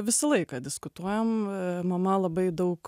visą laiką diskutuojam mama labai daug